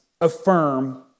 affirm